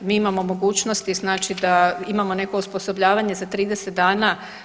Mi imamo mogućnosti znači da imamo nekakvo osposobljavanje za 30 dana.